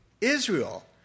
Israel